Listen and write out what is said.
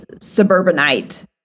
suburbanite